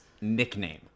nickname